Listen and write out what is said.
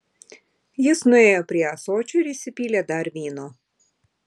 jis nuėjo prie ąsočio ir įsipylė dar vyno